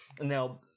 Now